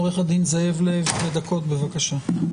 עורך הדין זאב לב, שתי דקות, בבקשה.